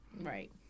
Right